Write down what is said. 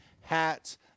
hats